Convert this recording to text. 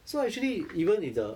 so actually even if the